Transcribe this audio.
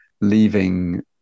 leaving